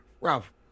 Ralph